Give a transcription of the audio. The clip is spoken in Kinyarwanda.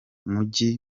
mijyi